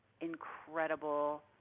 incredible